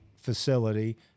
facility